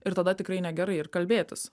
ir tada tikrai negerai ir kalbėtis